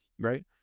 Right